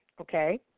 okay